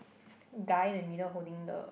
guy in the middle holding the